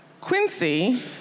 Quincy